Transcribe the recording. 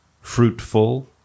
fruitful